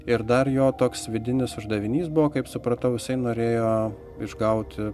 ir dar jo toks vidinis uždavinys buvo kaip supratau jisai norėjo išgauti